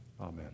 Amen